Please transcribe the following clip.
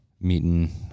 meeting